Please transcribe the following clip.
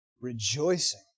Rejoicing